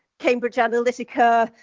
cambridge analytica,